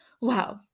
Wow